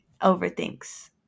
overthinks